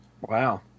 wow